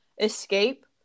escape